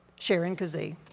sharon kazee.